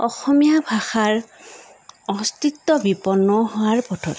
অসমীয়া ভাষাৰ অস্তিত্ব বিপন্ন হোৱাৰ পথত